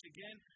Again